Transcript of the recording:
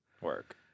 Work